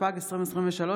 התשפ"ג 2023,